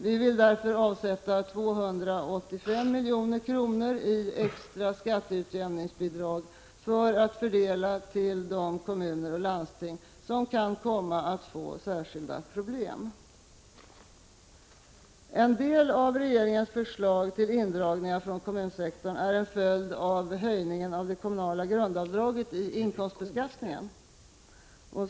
Vi vill därför avsätta 285 milj.kr. i extra skatteutjämningsbidrag att fördela till de kommuner och landsting som kan komma att få särskilda problem. En del av regeringens förslag till indragningar från kommunsektorn är en följd av höjningen av det kommunala grundavdraget i inkomstbeskattningen.